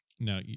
now